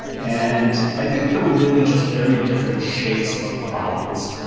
and i think they're really just very different shapes of problems.